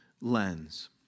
lens